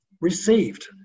received